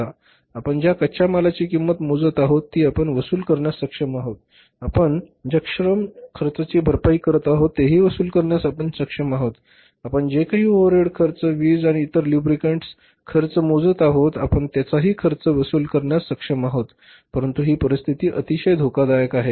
आपण ज्या कच्च्या मालाची किंमत मोजत आहोत ती आपण वसूल करण्यास सक्षम आहोत आपण ज्या श्रम खर्चाची भरपाई करीत आहोत ते ही वसूल करण्यास आपण सक्षम आहोत आपण जे काही ओव्हरहेड खर्च वीज आणि इतर लुब्रिकेंट्स खर्च मोजत आहोत आपण त्याचा हि खर्च वसूल करण्यास सक्षम आहोत परंतु ही परिस्थिती अतिशय धोकादायक आहे